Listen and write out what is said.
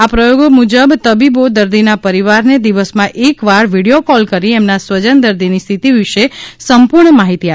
આ પ્રયોગ મુજબ તબીબો દર્દીના પરિવારને દિવસમાં એક વાર વિડિયો કોલ કરી એમના સ્વજન દર્દીની સ્થિતિ વિશે સંપૂર્ણ માહિતી આપે છે